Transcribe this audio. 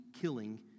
killing